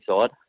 side